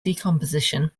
decomposition